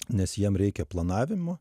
nes jiem reikia planavimo